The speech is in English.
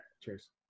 Cheers